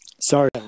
Sorry